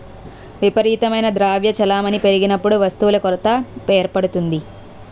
విపరీతమైన ద్రవ్య చలామణి పెరిగినప్పుడు వస్తువుల కొరత ఏర్పడుతుంది